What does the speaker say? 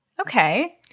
okay